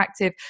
interactive